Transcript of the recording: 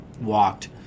walked